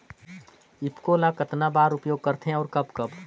ईफको ल कतना बर उपयोग करथे और कब कब?